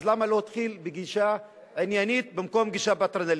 אז למה לא התחיל בגישה עניינית במקום בגישה פטרנליסטית?